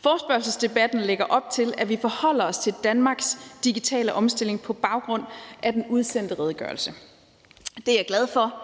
Forespørgselsdebatten lægger op til, at vi forholder os til Danmarks digitale omstilling på baggrund af den udsendte redegørelse. Det er jeg glad for,